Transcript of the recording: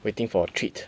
waiting for treat